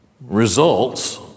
results